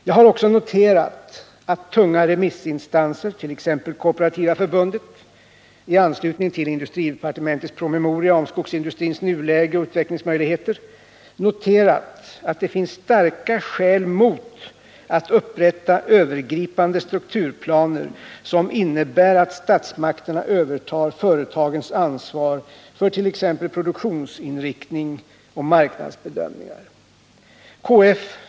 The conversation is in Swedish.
Jag har också noterat att tunga remissinstanser, t.ex. Kooperativa förbundet, i anslutning till industridepartementets promemoria om skogsindustrins nuläge och utvecklingsmöjligheter har noterat att det finns starka skäl mot att upprätta övergripande strukturplaner, som innebär att statsmakterna övertar företagens ansvar för t.ex. produktionsinriktning och marknadsbedömningar. KF.